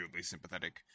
sympathetic